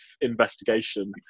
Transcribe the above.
investigation